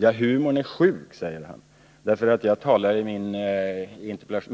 Ja, humorn är sjuk, säger han, därför att jag i